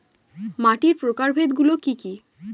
মাটির প্রকারভেদ গুলো কি কী?